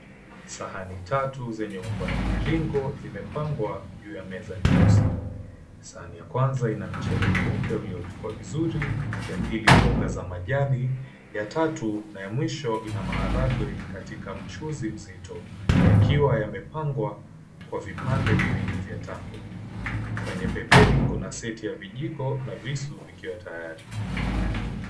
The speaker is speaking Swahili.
Sahani tatu zenye umbo ya mviringo zimepangwa juu ya meza nyeusi. Sahani ya kwanza ina mchele mweupe uliopikwa vizuri ya pili mboga za majani ya tatu na ya mwisho ina maharagwe katika mchuzi mzito. yakiwa yamepangwa kwa vipande viwili vya tango. Kwenye pembeni kuna seti ya vijiko na visu vikiwa tayari.